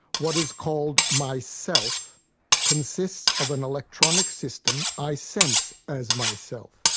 what is called my self consists of an electronic system i sense as myself